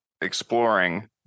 exploring